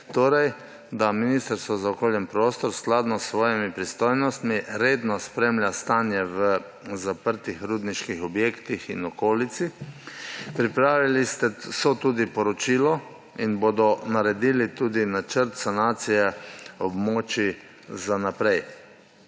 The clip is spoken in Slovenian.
Torej, da ministrstvo za okolje in prostor skladno s svojimi pristojnostmi redno spremlja stanje v zaprtih rudniških objektih in okolici. Pripravili so tudi poročilo in bodo naredili tudi načrt sanacije območij za naprej.